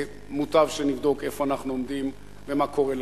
מוטב שנבדוק איפה אנחנו עומדים ומה קורה לנו.